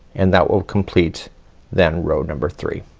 and that will complete then row number three.